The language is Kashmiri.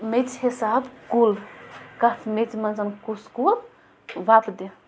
میٚژ حساب کُل کَتھ میٚژِ منٛز کُس کُل وۄپدِ